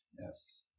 Yes